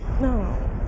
No